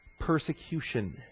persecution